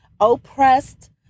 oppressed